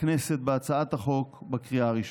הכנסת בהצעת החוק בקריאה הראשונה.